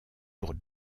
pour